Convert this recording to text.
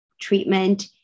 treatment